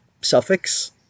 suffix